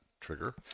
trigger